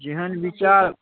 जेहन विचार